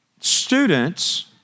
students